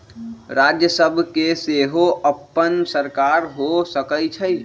राज्य सभ के सेहो अप्पन सरकार हो सकइ छइ